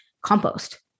compost